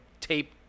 tape